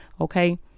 okay